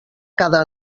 cada